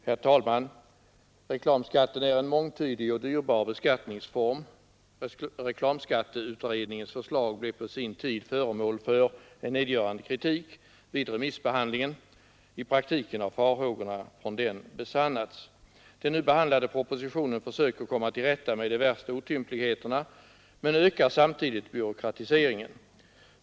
Herr talman! Reklamskatten är en mångtydig och dyrbar beskattningsform. Reklamskatteutredningens förslag blev på sin tid föremål för en nedgörande kritik vid remissbehandlingen. I praktiken har farhågorna från den besannats! Den nu behandlade propositionen försöker komma till rätta med de värsta otympligheterna, men den ökar samtidigt byråkratiseringen.